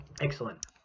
Excellent